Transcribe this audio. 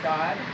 God